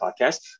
podcast